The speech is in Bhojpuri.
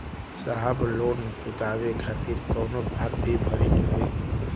साहब लोन चुकावे खातिर कवनो फार्म भी भरे के होइ?